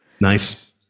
Nice